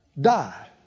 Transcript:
die